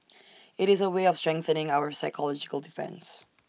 IT is A way of strengthening our psychological defence